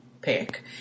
pick